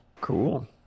Cool